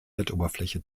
erdoberfläche